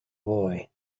boy